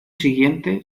siguiente